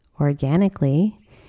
organically